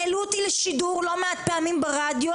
העלו אותי לשידור לא מעט פעמים ברדיו